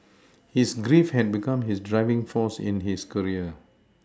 his grief had become his driving force in his career